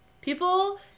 People